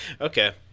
okay